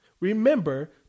Remember